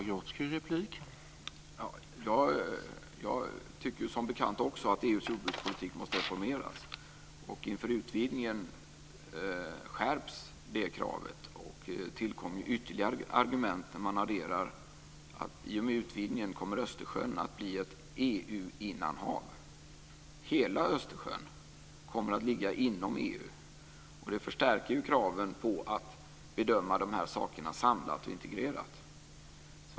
Herr talman! Jag tycker som bekant också att EU:s jordbrukspolitik måste reformeras. Inför utvidgningen skärps det kravet och tillkommer ytterligare argument, när man adderar att Östersjön i och med utvidgningen kommer att bli ett EU-innanhav. Hela Östersjön kommer att ligga inom EU. Det förstärker kraven på att bedöma de här sakerna samlat och integrerat.